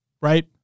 Right